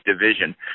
division